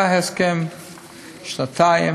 היה הסכם לשנתיים,